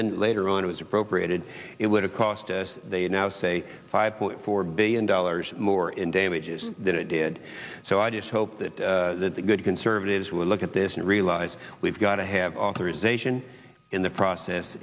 then later on was appropriated it would have cost as they now say five point four billion dollars more in damages that it did so i just hope that that the good conservatives will look at this and realize we've got to have authorization in the process